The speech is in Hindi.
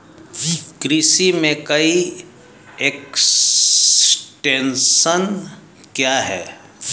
कृषि में ई एक्सटेंशन क्या है?